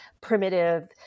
primitive